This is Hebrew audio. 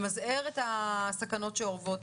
למזער את הסכנות שאורבות.